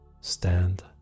stand